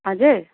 हजुर